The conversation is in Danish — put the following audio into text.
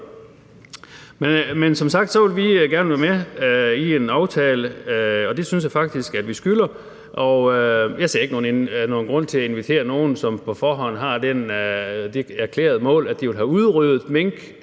Men som sagt vil vi gerne være med i en aftale. Det synes jeg faktisk vi skylder, og jeg ser ikke nogen grund til at invitere nogen, som på forhånd har det erklærede mål, at de vil have udryddet